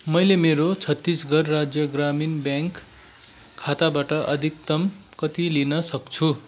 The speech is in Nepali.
मैले मेरो छत्तिसगढ राज्य ग्रामीण ब्याङ्क खाताबाट अधिकतम कति लिन सक्छु